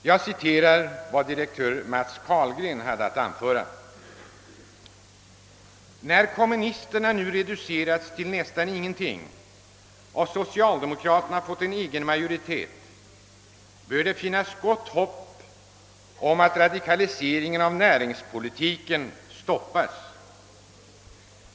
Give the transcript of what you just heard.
Jag citerar vad direktör Carlgren hade att anföra: »När kommunisterna nu reducerats till nästan ingenting och socialdemokraterna fått en egen majoritet bör det finnas gott hopp om att radikaliseringen av näringspolitiken kan stoppas.